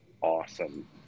awesome